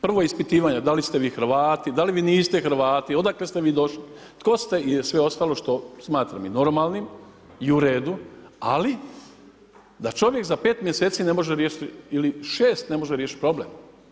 Prvo ispitivanje, da li ste vi Hrvati, da li vi niste Hrvati, odakle ste vi došle, tko ste i sve ostalo što smatram i normalnim i u redu, ali, da čovjek za 5 mjeseci ne može riješiti ili 6 ne može riješiti problem.